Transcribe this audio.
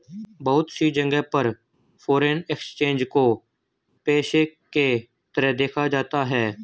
बहुत सी जगह पर फ़ोरेन एक्सचेंज को पेशे के तरह देखा जाता है